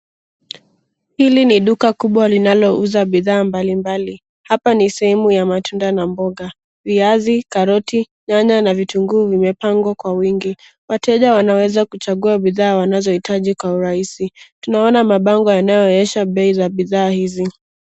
Hili ni duka kubwa linalouza bidhaa mbalimbali. Hapa ni sehemu ya matunda na mboga, viazi, karoti, nyanya na vitunguu vimepangwa kwa wingi. Wateja wanaweza kuchagua bidhaa wanazohitaji kwa urahisi. Tunaona mabango yanayoonyesha bei za bidhaa hizi.